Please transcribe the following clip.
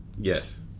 Yes